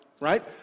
right